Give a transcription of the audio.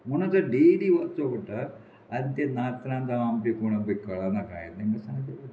म्हणून डेली वचो पडटा आनी तें नातरां जावं आमी कोण बी कळना काय तेंका सांगचें